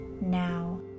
now